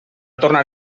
tornar